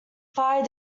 fire